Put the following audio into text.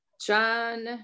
John